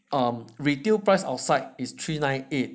um retail price outside is three nine eight